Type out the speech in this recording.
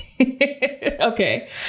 Okay